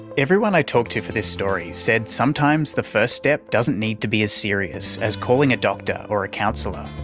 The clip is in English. everyone i talked to for this story said sometimes the first step doesn't need to be as serious as calling a doctor or a counsellor,